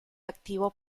activo